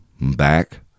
back